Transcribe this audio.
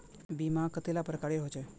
बीमा कतेला प्रकारेर होचे?